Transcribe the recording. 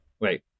Wait